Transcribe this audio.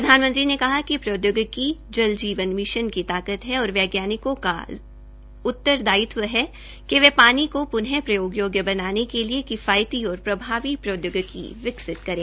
प्रधानमंत्री ने कहा कि प्रौदयोगिकी जल जवन मिशन की ताकत है और वैज्ञानिकों का उत्तरदायित्व है कि वे पानी को प्न प्रयोग योग्य बनाने के लिए किफायती और प्रभावी प्रौदयोगिकी विकसित करें